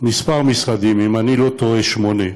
כמה משרדים, אם אני לא טועה, שמונה,